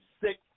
six